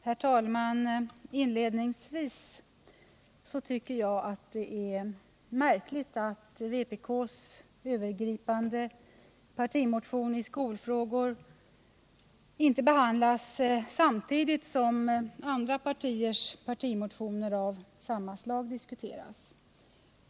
Herr talman! Inledningsvis tycker jag att det är märkligt att vpk:s övergripande partimotion i skolfrågan inte behandlas samtidigt som andra partiers partimotioner av samma slag diskuteras.